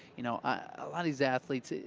you know ah a lot of these athletes,